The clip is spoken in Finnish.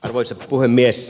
arvoisa puhemies